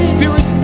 Spirit